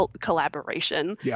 collaboration